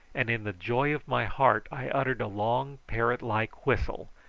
and in the joy of my heart i uttered a long parrot-like whistle,